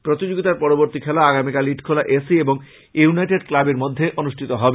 প্রতিযোগিতার পরবর্তী খেলা আগামীকাল ইটখোলা এ সি এবং ইউনাইটেড ক্লাবের মধ্যে অনুষ্ঠিত হবে